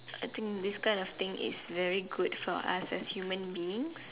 I think this kind of thing is very good for us as human beings